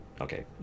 okay